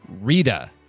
Rita